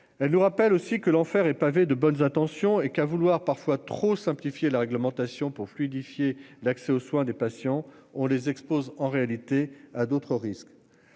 Elle nous rappelle aussi que l'enfer est pavé de bonnes intentions et qu'à vouloir parfois trop simplifier la réglementation pour fluidifier d'accès aux soins des patients, on les expose en réalité à d'autres risques.